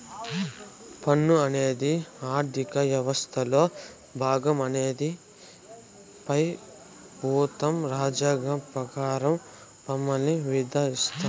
పన్ను అనేది ఆర్థిక యవస్థలో బాగం అందుకే పెబుత్వం రాజ్యాంగపరంగా పన్నుల్ని విధిస్తాది